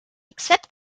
except